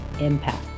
impact